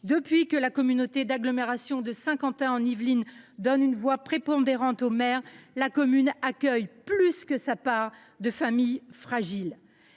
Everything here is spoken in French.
depuis que la communauté d’agglomération de Saint Quentin en Yvelines donne une voix prépondérante au maire, la commune accueille plus que sa part de familles fragiles.